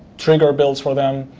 trigger builds for them.